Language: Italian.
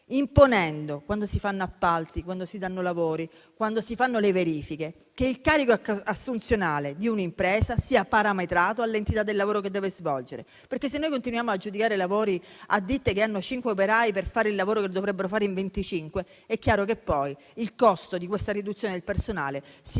imponendo, quando si fanno appalti, quando si danno lavori, quando si fanno le verifiche, che il carico assunzionale di un'impresa sia parametrato all'entità del lavoro che deve svolgere, perché se noi continuiamo ad aggiudicare lavori a ditte che hanno cinque operai per fare il lavoro che dovrebbero fare in 25, è chiaro che poi il costo di questa riduzione del personale si